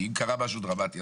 אם קרה משהו דרמטי,